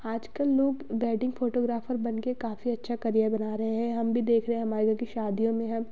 आजकल लोग wedding photographer बनके काफ़ी अच्छा क़रियर बना रहे हैं हम भी देख रहे हैं हमारे इधर की शादियों में हम